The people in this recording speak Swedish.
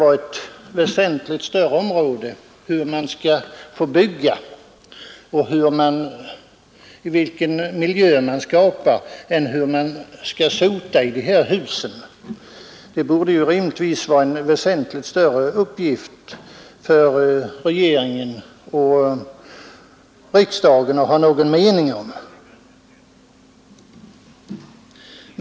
Hur man skall få bygga och vilken miljö man skall skapa måste ändå vara en väsentligt större fråga än hur man skall sota i husen, och det borde rimligtvis vara mycket mera befogat för regeringen och riksdagen att ha någon mening om den.